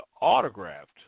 autographed